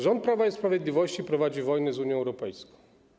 Rząd Prawa i Sprawiedliwości prowadzi wojnę z Unią Europejską.